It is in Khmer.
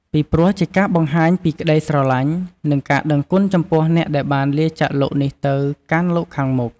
ពីព្រោះ ជាការបង្ហាញពីក្តីស្រឡាញ់ និងការដឹងគុណចំពោះអ្នកដែលបានលាចាកលោកនេះទៅកាន់លោកខាងមុខ។